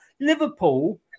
Liverpool